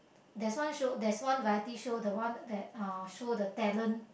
there's one show there's one variety show the one that uh show the talent